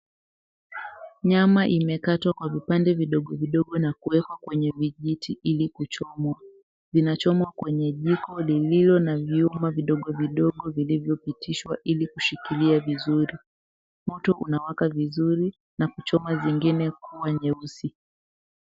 Nyama imekatwa kwa vipande vidogo vidogo na kuekwa kwenye vijiti ili kuchomwa. Vinachomwa kwenye jiko lililo na vyuma vidogo vidogo vilivyopitishwa ili kushikilia vizuri. Moto unawaka vizuri na kuchoma zingine kuwa nyeusi.